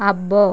అబ్బో